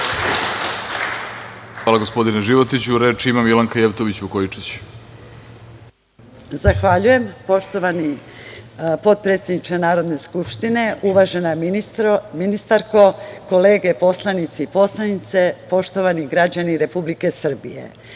Milanka Jevtović Vukojičić. **Milanka Jevtović Vukojičić** Zahvaljujem. Poštovani potpredsedniče Narodne skupštine, uvažena ministarko, kolege poslanici i poslanice, poštovani građani Republike Srbije,